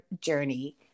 journey